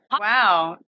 Wow